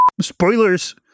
Spoilers